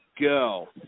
go